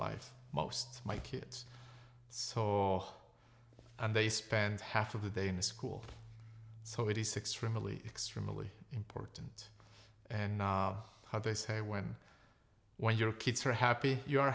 life most my kids saw and they spend half of the day in the school so it is six really extremely important and how they say when when your kids are happy you're